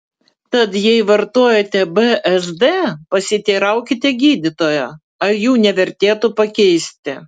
tad jei vartojate bzd pasiteiraukite gydytojo ar jų nevertėtų pakeisti